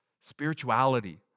spirituality